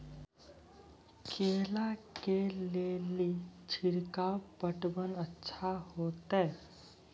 केला के ले ली छिड़काव पटवन अच्छा होते?